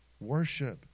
worship